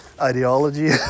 ideology